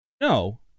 No